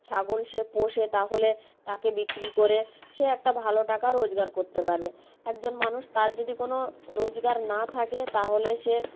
ছাগল সে পোষে তাহলে তাকে বিক্রি করে সে একটা ভালো টাকা রোজগার করতে পারবে একজন মানুষ তার যদি কোনও রোজগার না থাকে তাহলে সে